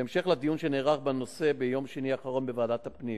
בהמשך לדיון שנערך בנושא ביום שני האחרון בוועדת הפנים,